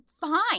fine